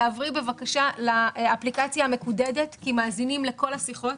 תעברי בבקשה לאפליקציה המקודדת כי מאזינים לכל השיחות.